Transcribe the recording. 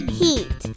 heat